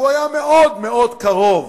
והוא היה מאוד מאוד קרוב